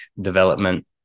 development